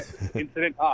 Incident